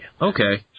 Okay